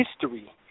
History